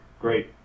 Great